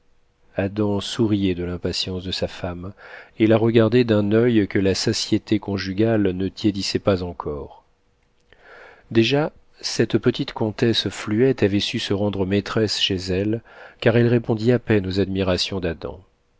adam souriait de l'impatience de sa femme et la regardait d'un oeil que la satiété conjugale ne tiédissait pas encore déjà cette petite comtesse fluette avait su se rendre maîtresse chez elle car elle répondit à peine aux admirations d'adam